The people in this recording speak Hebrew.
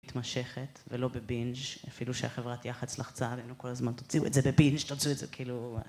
מתמשכת ולא בבינג', אפילו שהחברת יח"צ לחצה עלינו כל הזמן: תוציאו את זה בבינג', תוציאו את זה, כאילו...